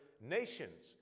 Nations